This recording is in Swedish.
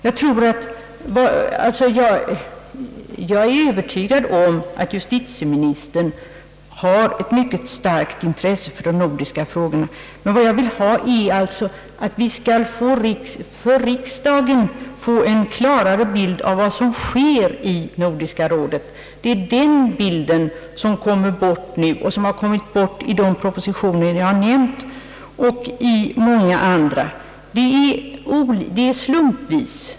Jag är som jag tidigare framhållit övertygad om att justitieministern har ett starkt intresse för de nordiska frågorna, men vad jag önskar är att riksdagen skall få en klarare bild av vad som sker i Nordiska rådet. Det är den bilden som nu kommer bort och som har kommit bort i de propositioner jag nämnt och i många andra.